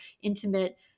intimate